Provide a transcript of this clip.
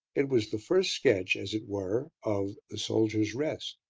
it was the first sketch, as it were, of the soldiers' rest.